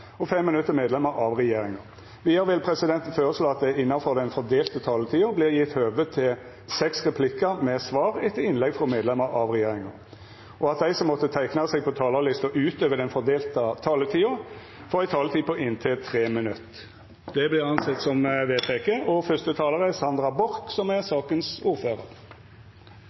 og 5 minutt til medlemer av regjeringa. Vidare vil presidenten føreslå at det – innanfor den fordelte taletida – vert gjeve høve til replikkordskifte på seks replikkar med svar etter innlegg frå medlemer av regjeringa, og at dei som måtte teikna seg på talarlista utover den fordelte taletida, får ei taletid på inntil 3 minutt. – Det er vedteke. Først må jeg få takke komiteen for et godt samarbeid i saken. Det er